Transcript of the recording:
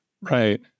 right